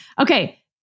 okay